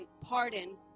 pardon